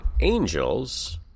angels